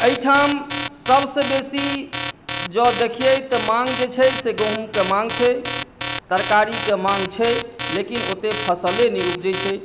एहिठाम सभसँ बेसी जँऽ देखियै तऽ माँग जे छै से गहूमके माँग छै तरकारीके माँग छै लेकिन ओतेक फसले नहि उपजैत छै